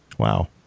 Wow